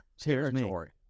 territory